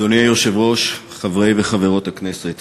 אדוני היושב-ראש, חברי וחברות הכנסת,